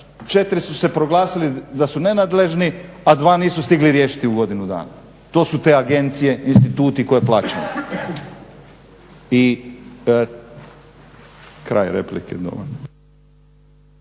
4 su se proglasili da su nenadležni, a 2 nisu stigli riješiti u godinu dana. To su te agencije, instituti koje plaćamo. I kraj replike. Dovoljno.